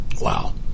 Wow